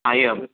एवम्